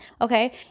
Okay